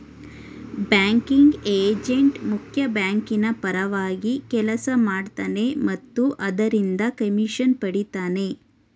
banking agent ಮುಖ್ಯ ಬ್ಯಾಂಕಿನ ಪರವಾಗಿ ಕೆಲಸ ಮಾಡ್ತನೆ ಮತ್ತು ಅದರಿಂದ ಕಮಿಷನ್ ಪಡಿತನೆ